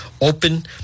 Open